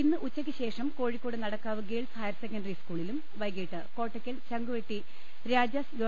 ഇന്ന് ഉച്ചയ്ക്ക ശേഷം Kozhikode Nadakkavu girls higher secondary സകൂളിലും വൈകീട്ട് കോട്ടക്കൽ ചങ്കു വെട്ടി രാജാസ് ഗവ